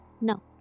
No